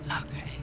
Okay